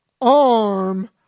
arm